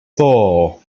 four